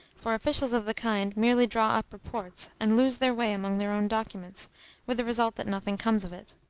for officials of the kind merely draw up reports and lose their way among their own documents with the result that nothing comes of it.